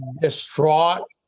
distraught